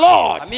Lord